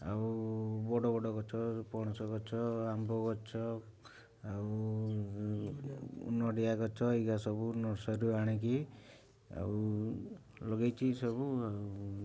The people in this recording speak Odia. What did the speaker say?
ଆଉ ବଡ଼ ବଡ଼ ଗଛ ପଣସ ଗଛ ଆମ୍ବ ଗଛ ଆଉ ନଡ଼ିଆ ଗଛ ଏଇଗା ସବୁ ନର୍ସରୀରୁ ଆଣିକି ଆଉ ଲଗେଇଛି ସବୁ ଆଉ